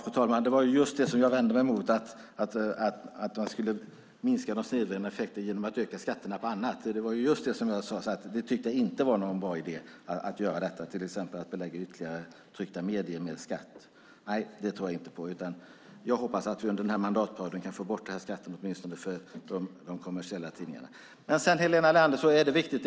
Fru talman! Det var just det som jag vände mig emot - att man skulle minska de snedvridande effekterna genom att öka skatterna på annat. Jag tycker inte att det är någon bra idé att göra detta, till exempel genom att belägga ytterligare medier med skatt. Det tror jag inte på, utan jag hoppas att vi under denna mandatperiod kan få bort skatten åtminstone för de kommersiella tidningarna. Helena Leander!